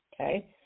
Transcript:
okay